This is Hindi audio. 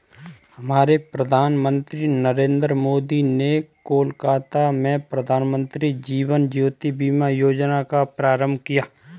हमारे प्रधानमंत्री नरेंद्र मोदी ने कोलकाता में प्रधानमंत्री जीवन ज्योति बीमा योजना का प्रारंभ किया